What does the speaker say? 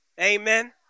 Amen